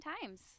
times